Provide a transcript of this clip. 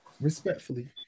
Respectfully